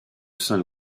saint